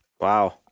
wow